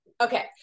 Okay